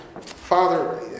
Father